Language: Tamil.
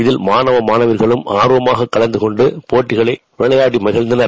இதில் மானவ மாணவிகளும் ஆர்வமாக கலந்தகொண்டு போட்டிகளை விளையாடி மகிழ்ந்தளர்